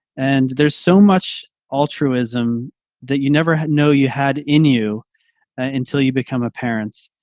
and there's so much altruism that you never had no you had in you until you become a parent.